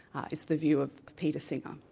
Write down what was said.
ah is the view of peter singer.